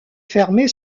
fermée